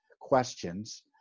questions